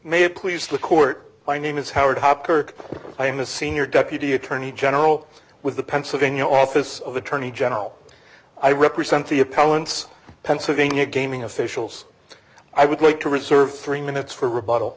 it please the court my name is howard hopkirk i am a senior deputy attorney general with the pennsylvania office of attorney general i represent the appellant's pennsylvania gaming officials i would like to reserve three minutes for re